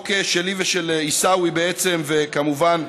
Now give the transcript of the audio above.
החוק שלי ושל עיסאווי, וכמובן